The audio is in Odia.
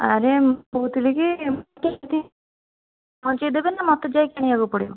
ଆରେ ମୁଁ କହୁଥିଲିକି ପହଁଞ୍ଚେଇ ଦେବେ ନା ମତେ ଯାଇକି ଆଣିବାକୁ ପଡ଼ିବ